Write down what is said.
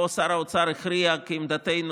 פה שר האוצר הכריע כעמדתנו,